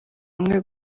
rumwe